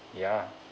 ya